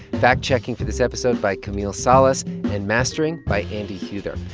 fact-checking for this episode by camille salas and mastering by andy huether.